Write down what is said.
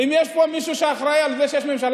אם יש פה מישהו שאחראי לזה שיש ממשלה